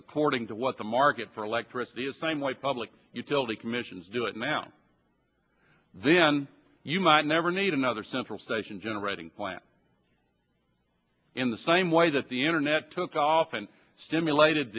according to what the market for electricity is same way public utility commissions do it now then you might never need another central station generating plant in the same way that the internet took off and stimulated